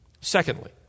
Secondly